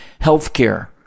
healthcare